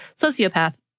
sociopath